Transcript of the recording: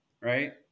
right